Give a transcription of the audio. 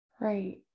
Right